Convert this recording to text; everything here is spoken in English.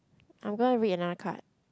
I'm gonna read another card